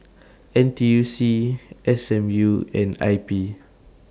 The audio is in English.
N T U C S M U and I P